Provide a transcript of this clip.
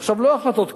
עכשיו, לא החלטות קלות,